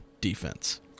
defense